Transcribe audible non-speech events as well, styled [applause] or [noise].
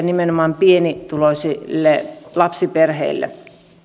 [unintelligible] nimenomaan pienituloisille lapsiperheille